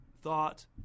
thought